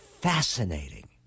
fascinating